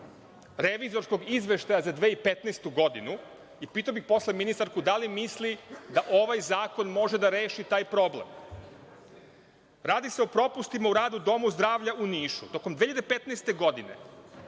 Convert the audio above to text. revizorskog izveštaja za 2015. godinu, i pitao bih posle ministarku da li misli da ovaj zakon može da reši taj problem? Radi se o propustima u radu u domu zdravlja u Nišu. Tokom 2015 godine